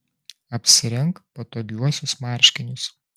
apsirenk patogiuosius marškinius